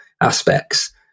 aspects